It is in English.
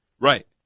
Right